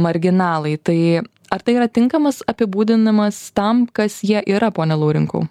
marginalai tai ar tai yra tinkamas apibūdinimas tam kas jie yra pone laurinkau